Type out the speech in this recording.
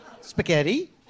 spaghetti